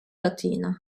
latina